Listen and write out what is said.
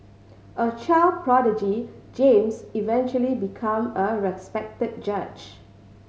a child prodigy James eventually became a respected judge